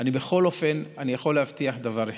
בכל אופן, אני יכול להבטיח דבר אחד,